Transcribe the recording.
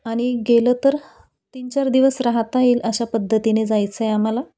आणि गेलं तर तीन चार दिवस राहता येईल अशा पद्धतीने जायचं आहे आम्हाला